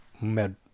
Med